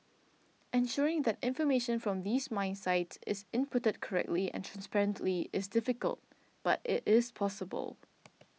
ensuring that information from these mine sites is inputted correctly and transparently is difficult but it is possible